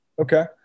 Okay